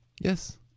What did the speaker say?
Yes